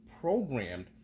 programmed